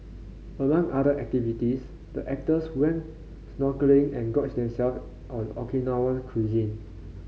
among other activities the actors went snorkelling and gorged themselves on Okinawan cuisine